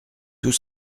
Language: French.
tout